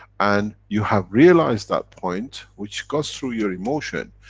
and you have realized that point, which goes through your emotion.